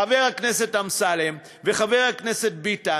חבר הכנסת אמסלם וחבר הכנסת ביטן.